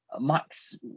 Max